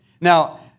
Now